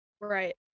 Right